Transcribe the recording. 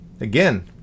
Again